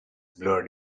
blurred